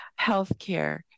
healthcare